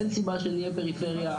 אין סיבה שנהיה פריפריה,